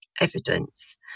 evidence